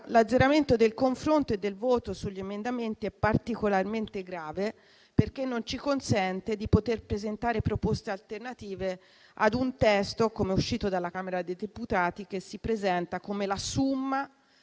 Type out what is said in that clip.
l'azzeramento del confronto e del voto sugli emendamenti è particolarmente grave, perché non ci consente di poter presentare proposte alternative a un testo come uscito dalla Camera dei deputati, che si presenta come la *summa*